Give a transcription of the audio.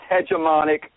hegemonic